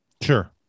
Sure